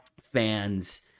fans